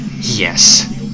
Yes